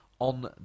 On